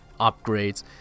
upgrades